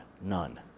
none